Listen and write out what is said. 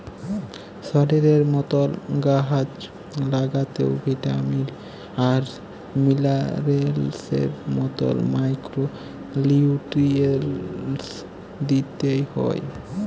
শরীরের মতল গাহাচ পালাতেও ভিটামিল আর মিলারেলসের মতল মাইক্রো লিউট্রিয়েল্টস দিইতে হ্যয়